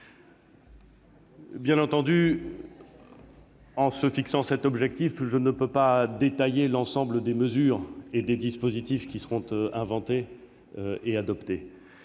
Bien entendu, en fixant un tel objectif, je ne puis détailler l'ensemble des mesures et des dispositifs qui sont à inventer et qui